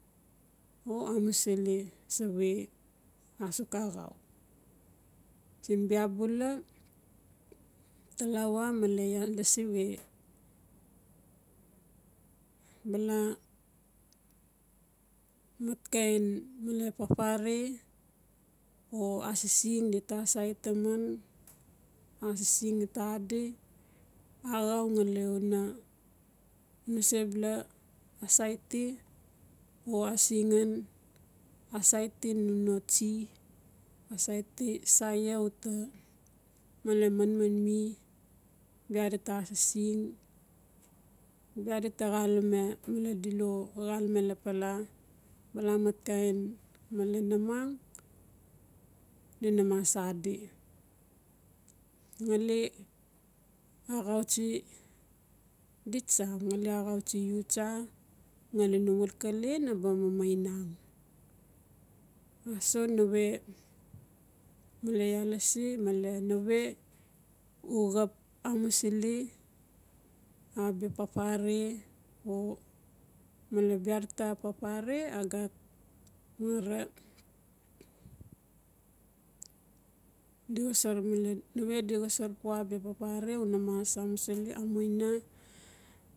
O amusili sawe asuk axau. Sin bia bula talawa male iaa lasi we bala matkain male papare o asising dita asait taman asising dita adi axau ngali una asaiti o asingen asaiti num no tsie asaiti saia uta male man man mi. Bia dita asising bia dita xalame male dilo xalame lapala bala mat kain male namang dina mas adi ngali axau tsi di tsa ngali axau tsi u tsa ngali no xalkkale naba mamainang. Aso nawe male iaa laasi male nawe u xap amusili abia papare o male bia dita papare agat nawe di cosor pua bia papare una mas amusili amuina.